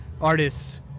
artists